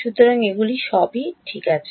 সুতরাং এগুলি সবই ঠিক আছে